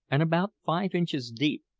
and about five inches deep.